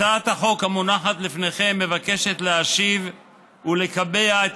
הצעת החוק המונחת לפניכם מבקשת להשיב ולקבע את